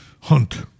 hunt